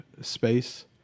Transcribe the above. space